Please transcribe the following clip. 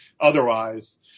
otherwise